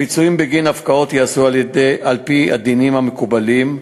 הפיצויים בגין הפקעות ייעשו על-פי הדינים המקובלים,